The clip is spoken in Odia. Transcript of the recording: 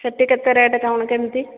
ସେଠି କେତେ ରେଟ୍ କ'ଣ କେମିତି